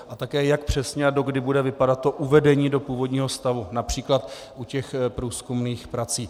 A také jak přesně a dokdy bude vypadat to uvedení do původního stavu například u těch průzkumných prací.